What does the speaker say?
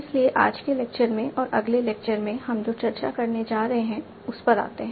इसलिए आज के लेक्चर में और अगले लेक्चर में हम जो चर्चा करने जा रहे हैं उस पर आते हैं